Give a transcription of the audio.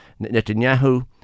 netanyahu